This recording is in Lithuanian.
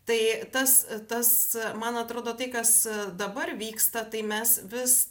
tai tas tas man atrodo tai kas dabar vyksta tai mes vis